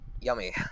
Yummy